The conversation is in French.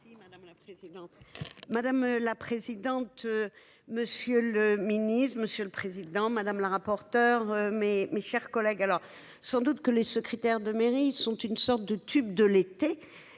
madame la présidente. Monsieur le Ministre, monsieur le Président Madame la rapporteure mes, mes chers collègues, alors sans doute que les secrétaires de mairie sont une sorte de tube de l'été